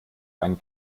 einen